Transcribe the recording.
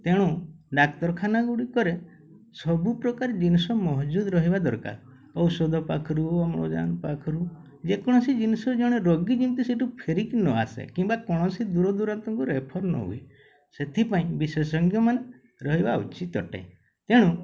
ତେଣୁ ଡ଼ାକ୍ତରଖାନା ଗୁଡ଼ିକରେ ସବୁପ୍ରକାର ଜିନିଷ ମହଜୁଦ୍ ରହିବା ଦରକାର ଔଷଧ ପାଖରୁ ଅମ୍ଳଜାନ୍ ପାଖରୁ ଯେକୌଣସି ଜିନିଷ ଜଣେ ରୋଗୀ ଯେମିତି ସେଠୁ ଫେରିକି ନ ଆସେ କିମ୍ବା କୌଣସି ଦୂର ଦୂରାନ୍ତଙ୍କୁ ରେଫର୍ ନହୁଏ ସେଥିପାଇଁ ବିଶେଷଜ୍ଞମାନେ ରହିବା ଉଚିତ୍ ଅଟେ ତେଣୁ